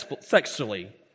sexually